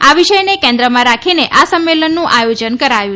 આ વિષયને કેન્દ્રમાં રાખીને આ સંમેલનનું આયોજન કરાય છે